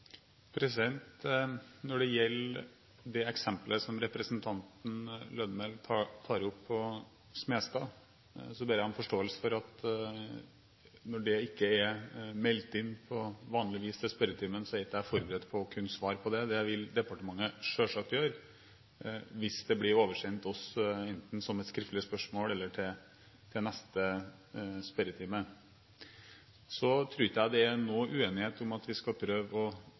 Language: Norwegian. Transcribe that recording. Når det gjelder det eksempelet som representanten Lødemel tar opp på Skøyen, ber jeg om forståelse for at når det ikke er meldt inn på vanlig måte til spørretimen, er jeg ikke forberedt på å kunne svare på det. Det vil departementet selvsagt gjøre hvis det blir oversendt oss, enten som et skriftlig spørsmål eller til neste spørretime. Så tror jeg ikke det er noen uenighet om at vi skal prøve å